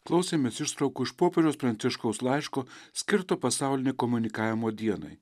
klausėmės ištraukų iš popiežiaus pranciškaus laiško skirto pasaulinei komunikavimo dienai